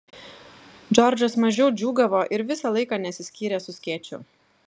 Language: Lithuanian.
džordžas mažiau džiūgavo ir visą laiką nesiskyrė su skėčiu